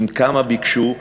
כמה ביקשו,